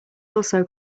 also